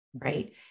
Right